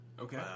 Okay